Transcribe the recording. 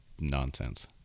nonsense